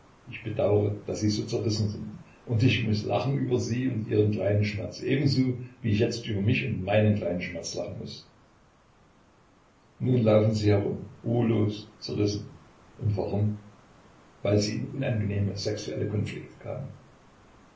ich bedaure daß sie so zerrissen sind und ich muß lachen über sie und ihren kleinen schmerz ebenso wie ich jetzt über mich und meinen kleinen schmerz lachen muß nun laufen sie herum ruhelos zerrissen und warum weil sie in unangenehme sexuelle konflikte kamen